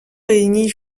réunit